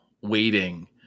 waiting